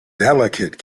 delicate